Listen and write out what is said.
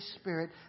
Spirit